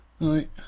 Right